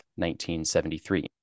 1973